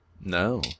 No